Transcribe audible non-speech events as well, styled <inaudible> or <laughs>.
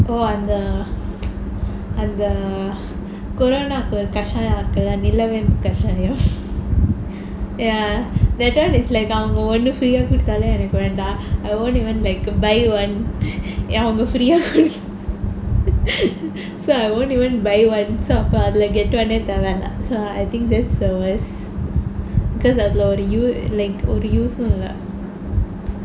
oh அந்த அந்த:antha antha corona கஷாயம் இருக்குல நீலவேம்பு கசஷாயம்:kashaayam irukkula nilavaembu kashaayam ya that [one] is like அவங்க ஒன்னு:avanga onnu free ah குடுத்தாலும் எனக்கு வேண்டாம்:kuduthaalum enakku vaendaam I won't even like buy [one] ya அவங்க:avanga free ah குடு~:kudu~ <laughs> so I won't even like buy [one] so அப்பெ அதுல:appe athula get one தேவ இல்ல:taeva illa so I think that's the worst because அதுல ஒரு:athula oru use இல்ல:illa